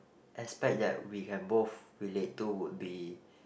expect that we can both relate to would be